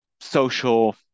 social